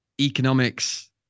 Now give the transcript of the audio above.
economics